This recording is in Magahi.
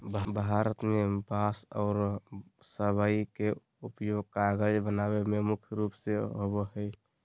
भारत में बांस आरो सबई के उपयोग कागज बनावे में मुख्य रूप से होबो हई